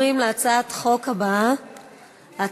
בעד, 36, אין מתנגדים, אין נמנעים.